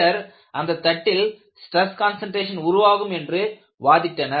சிலர் அந்தத் தட்டில் ஸ்டிரஸ் கான்சன்ட்ரேசன் உருவாகும் என்று கடுமையாக வாதிட்டனர்